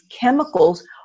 chemicals